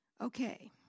Okay